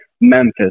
Memphis